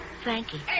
Frankie